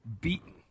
beaten